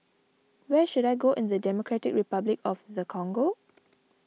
where should I go in the Democratic Republic of the Congo